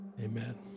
Amen